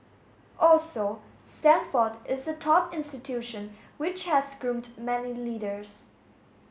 also Stanford is a top institution which has groomed many leaders